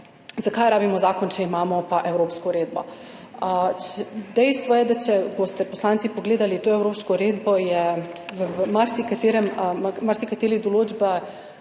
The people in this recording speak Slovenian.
zakaj rabimo zakon, če imamo pa evropsko uredbo. Dejstvo je, da če boste poslanci pogledali to evropsko uredbo, v marsikaterih določbah